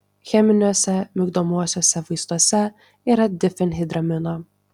cheminiuose migdomuosiuose vaistuose yra difenhidramino